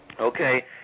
okay